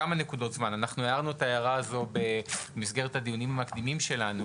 הערנו את ההערה הזו במסגרת המקדימים שלנו,